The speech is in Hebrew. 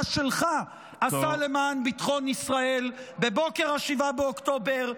שלך עשה למען ביטחון ישראל בבוקר 7 באוקטובר,